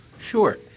Sure